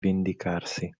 vendicarsi